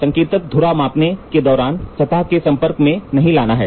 संकेतक धुरा मापने के दौरान सतह के संपर्क में नहीं लाना है